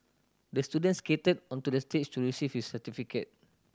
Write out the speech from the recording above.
the student skated onto the stage to receive his certificate